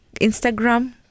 Instagram